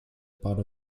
butt